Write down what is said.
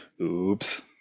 oops